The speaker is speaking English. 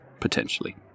potentially